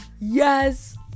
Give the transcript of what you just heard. Yes